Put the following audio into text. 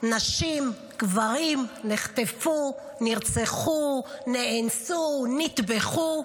נשים וגברים נחטפו, נרצחו, נאנסו, נטבחו.